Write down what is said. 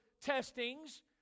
testings